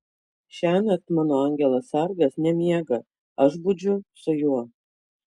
šiąnakt mano angelas sargas nemiega aš budžiu su juo